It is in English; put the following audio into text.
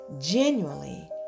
genuinely